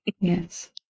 Yes